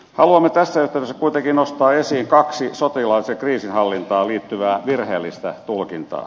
haluamme tässä yhteydessä kuitenkin nostaa esiin kaksi sotilaalliseen kriisinhallintaan liittyvää virheellistä tulkintaa